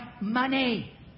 money